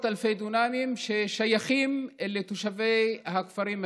אלפי דונמים ששייכים לתושבי הכפרים האלה.